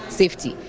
safety